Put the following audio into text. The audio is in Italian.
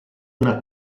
una